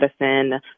medicine